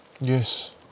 Yes